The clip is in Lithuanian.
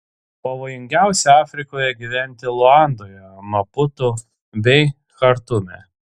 pavojingiausia afrikoje gyventi luandoje maputu bei chartume